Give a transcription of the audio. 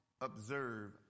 observe